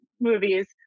movies